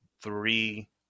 three